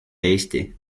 eesti